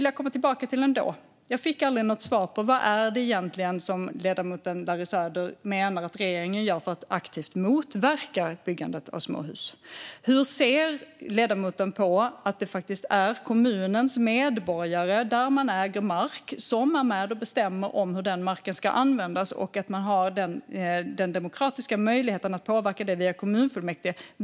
Jag fick aldrig något svar på vad ledamoten Larry Söder egentligen menar att regeringen gör för att aktivt motverka byggandet av småhus. Hur ser ledamoten på att det faktiskt är kommunens medborgare, där man äger mark, som är med och bestämmer hur den marken ska användas, att man har den demokratiska möjligheten att påverka via kommunfullmäktige?